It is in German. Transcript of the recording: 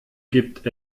gibt